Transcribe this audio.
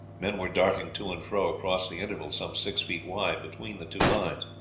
men were darting to and fro across the interval some six feet wide between the two lines.